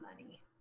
money